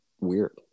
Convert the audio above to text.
weird